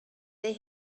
they